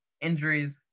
injuries